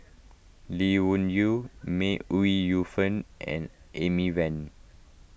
Lee Wung Yew May Ooi Yu Fen and Amy Van